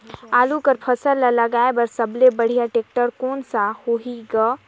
आलू कर फसल ल लगाय बर सबले बढ़िया टेक्टर कोन सा होही ग?